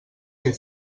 què